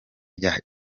rya